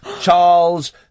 Charles